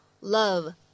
love